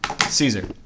Caesar